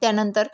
त्यानंतर